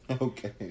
Okay